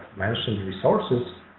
mentioned resources.